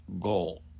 goal